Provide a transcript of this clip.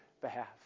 behalf